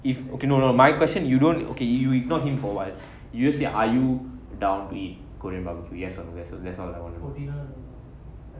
if okay no no no okay you ignore him for a while you just say are you down to eat korean barbecue yes or no that's all I want to know